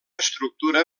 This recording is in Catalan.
estructura